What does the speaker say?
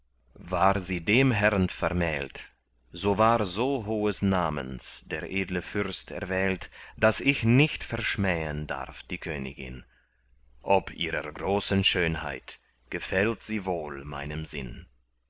war sie dem herrn vermählt so war so hohes namens der edle fürst erwählt daß ich nicht verschmähen darf die königin ob ihrer großen schönheit gefällt sie wohl meinem sinn